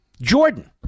Jordan